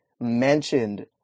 mentioned